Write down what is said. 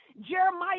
Jeremiah